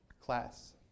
class